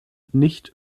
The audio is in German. nicht